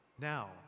Now